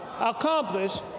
accomplish